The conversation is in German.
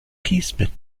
kiesbett